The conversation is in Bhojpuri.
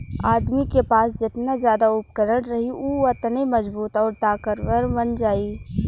आदमी के पास जेतना जादा उपकरण रही उ ओतने मजबूत आउर ताकतवर बन जाई